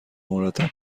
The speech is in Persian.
مرتب